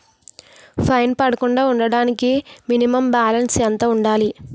Fine పడకుండా ఉండటానికి minimum balance ఎంత ఉండాలి?